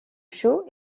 show